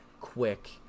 quick